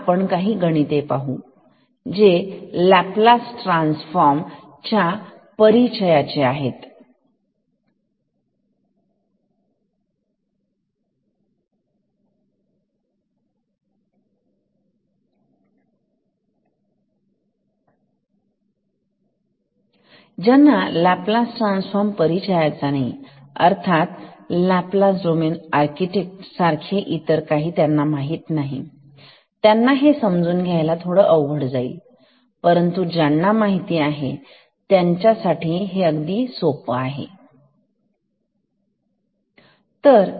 आता आपण काही गणिते पाहू जे लाप्लास ट्रान्सफॉर्म च्या फार परिचयाचे नाहीत माझा अर्थ ज्यांना लाप्लास डोमेन आर्किटेक्ट सारखी इतर काही माहित नाही त्यांना हे समजून घ्यायला थोडा अवघड आहे परंतु ज्यांना माहिती आहे त्यांच्यासाठी हे फार सोप आहे